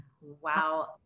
Wow